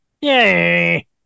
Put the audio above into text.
Yay